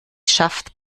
schafft